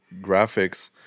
graphics